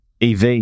EV